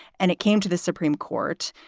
and it came to the supreme court.